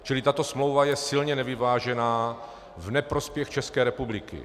Čili tato smlouva je silně nevyvážená v neprospěch České republiky.